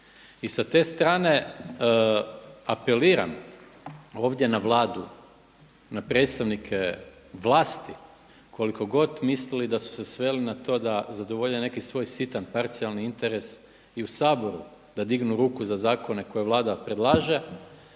I sa te strane apeliram ovdje na Vladu, na predstavnike vlasti, koliko god mislili da su se sveli na to da zadovolje neki svoj sitan parcijalni interes i u Saboru da dignu ruku za zakone koje Vlada predlaže,